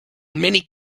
many